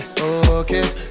okay